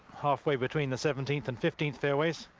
halfway between the seventeenth and fifteenth fairways